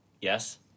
Yes